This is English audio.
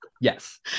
Yes